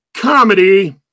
comedy